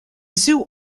zoo